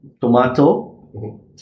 tomato